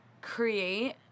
create